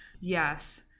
yes